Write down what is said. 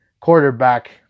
quarterback